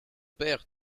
père